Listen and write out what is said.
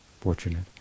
fortunate